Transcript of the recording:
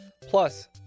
Plus